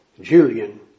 Julian